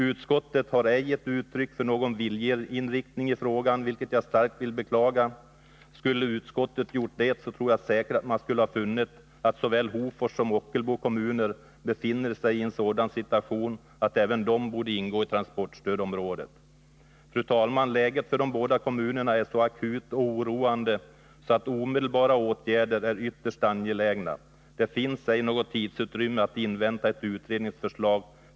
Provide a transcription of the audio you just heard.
Utskottet har ej gett uttryck för någon viljeinriktning i frågan, vilket jag starkt vill beklaga. Skulle utskottet ha gjort det tror jag säkert att man skulle ha kommit fram till att såväl Hofors som Ockelbo kommuner befinner sig i en sådan situation att även de borde ingå i transportstödsområdet. Fru talman! Läget för de båda kommunerna är så akut och oroande att omedelbara åtgärder är ytterst angelägna. Det finns ej något tidsutrymme att invänta ett utredningsförslag.